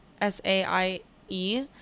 S-A-I-E